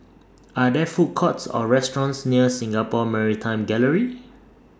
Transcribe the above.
Are There Food Courts Or restaurants near Singapore Maritime Gallery